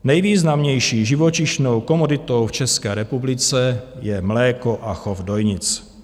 Nejvýznamnější živočišnou komoditou v České republice je mléko a chov dojnic.